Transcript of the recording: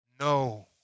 No